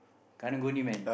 karung-guni man